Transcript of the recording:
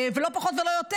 ולא פחות ולא יותר,